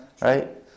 Right